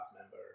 member